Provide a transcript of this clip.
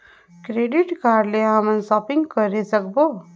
Debit card ले हमन shopping करे सकबो?